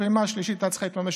הפעימה השלישית הייתה צריכה להתממש